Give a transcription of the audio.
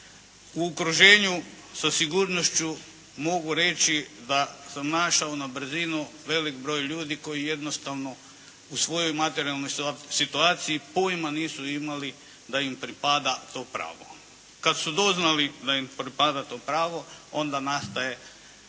U okruženju sa sigurnošću mogu reći da sam našao na brzinu velik broj ljudi koji jednostavno u svojoj materijalnoj situaciji pojma nisu imali da im pripada to pravo. Kad su doznali da im pripada to pravo onda nastaje određena